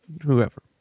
whoever